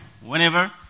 whenever